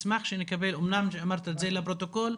אמנם אמרת את זה לפרוטוקול,